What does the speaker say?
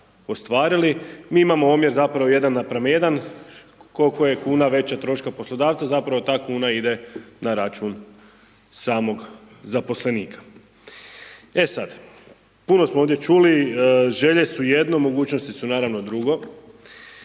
mi imamo omjer zapravo 1:1, kol'ko je kuna veća troška poslodavcu, zapravo ta kuna ide na račun samog zaposlenika. E sad, puno smo ovdje čuli, želje su jedno, mogućnosti su naravno drugo.